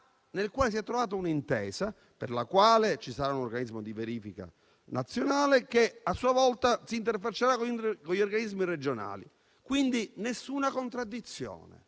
nel quale si è trovata un'intesa per la quale ci sarà un organismo di verifica nazionale che, a sua volta, si interfaccerà con gli organismi regionali; quindi, nessuna contraddizione,